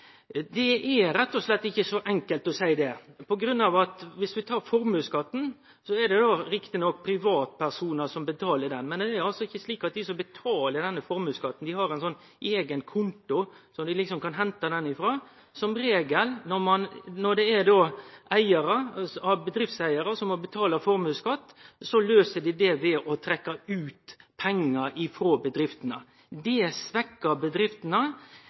Det er rett og slett ikkje så enkelt å seie. Viss vi tar formuesskatten, er det rett nok privatpersonar som betaler han, men det er altså ikkje slik at dei som betaler formuesskatten, har ein eigen konto dei hentar han frå. Som regel, når det er bedriftseigarar som må betale formuesskatt, løyser dei det ved å trekkje ut pengar frå bedrifta. Det svekkjer bedriftene, det gjer dei mindre konkurransedyktige, og det gjer òg arbeidsplassane i desse bedriftene